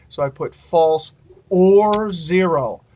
so i put false or zero,